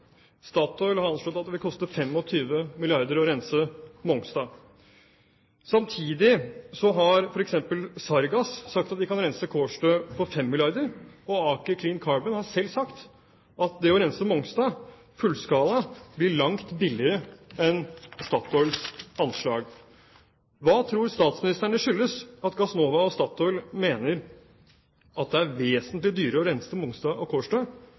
Statoil har anslått at det vil koste 25 milliarder kr å rense Mongstad. Samtidig har f.eks. Sargas sagt at de kan rense Kårstø for 5 milliarder kr, og Aker Clean Carbon har selv sagt at det å rense Mongstad fullskala blir langt billigere enn Statoils anslag. Hva tror statsministeren det skyldes at Gassnova og Statoil mener at det er vesentlig dyrere å rense Mongstad og Kårstø